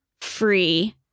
free